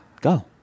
go